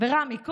ורמי כהן,